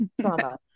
trauma